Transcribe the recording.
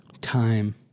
Time